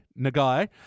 Nagai